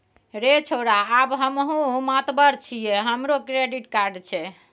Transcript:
रे छौड़ा आब हमहुँ मातबर छियै हमरो क्रेडिट कार्ड छै